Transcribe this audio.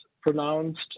pronounced